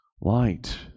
light